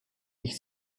ich